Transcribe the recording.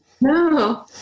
No